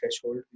threshold